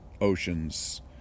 oceans